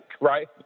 right